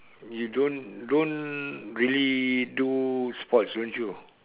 you don't don't really do sports don't you